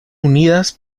unidas